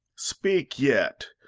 speak yet,